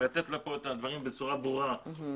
ולתת לו פה את הדברים בצורה ברורה שכן.